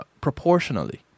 proportionally